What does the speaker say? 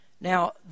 Now